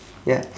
ya